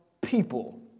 people